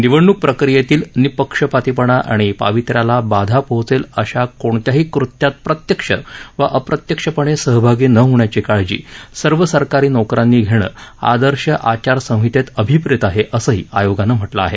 निवडणूक प्रक्रियेतील निःपक्षपातीपणा आणि पावित्र्याला बाधा पोहचेल अशा कोणत्याही कृत्यात प्रत्यक्ष वा अप्रत्यक्षपणे सहभागी न होण्याची काळजी सर्व सरकारी नोकरांनी घेणं आदर्श आचारसंहितेत अभिप्रेत आहे असंही आयोगानं म्हटलं आहे